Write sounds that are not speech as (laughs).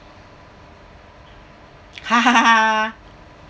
(laughs)